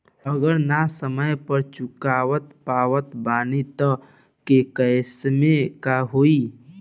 अगर ना समय पर चुका पावत बानी तब के केसमे का होई?